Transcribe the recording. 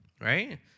right